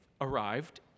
arrived